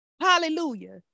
Hallelujah